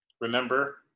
Remember